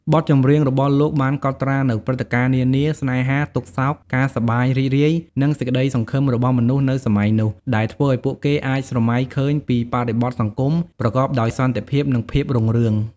បទចម្រៀងរបស់លោកបានកត់ត្រានូវព្រឹត្តិការណ៍នានា ស្នេហា ទុក្ខសោក ការសប្បាយរីករាយ និងសេចក្ដីសង្ឃឹមរបស់មនុស្សនៅសម័យនោះ ដែលធ្វើឲ្យពួកគេអាចស្រមៃឃើញពីបរិបទសង្គមប្រកបដោយសន្តិភាព និងភាពរុងរឿង។